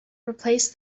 replace